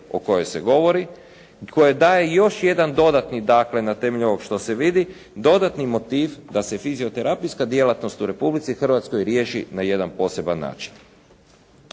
o kojoj se govori koje daje još jedan dodatni dakle na temelju ovog što se vidi, dodatni motiv da se fizioterapijska djelatnost u Republici Hrvatskoj riješi na jedan poseban način.